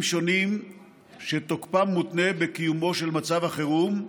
שונים שתוקפם מותנה בקיומו של מצב החירום,